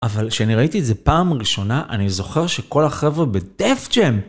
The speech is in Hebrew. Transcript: אבל כשאני ראיתי את זה פעם ראשונה, אני זוכר שכל החבר'ה בדף ג'ם.